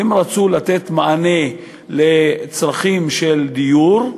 רצו לתת מענה לצרכים של דיור,